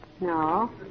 No